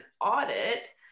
audit